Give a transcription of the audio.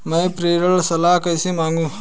मैं प्रेषण सलाह कैसे मांगूं?